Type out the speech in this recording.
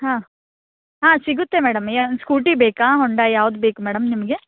ಹಾಂ ಹಾಂ ಸಿಗುತ್ತೆ ಮೇಡಮ್ ಏನು ಸ್ಕೂಟಿ ಬೇಕಾ ಹೊಂಡ ಯಾವ್ದು ಬೇಕು ಮೇಡಮ್ ನಿಮಗೆ